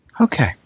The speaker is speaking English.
Okay